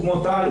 הוא כמו טל,